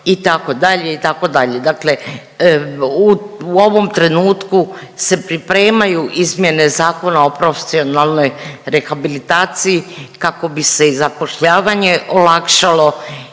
itd., itd.. Dakle u ovom trenutku se pripremaju izmjene Zakona o profesionalnoj rehabilitaciji kako bi se i zapošljavanje olakšalo.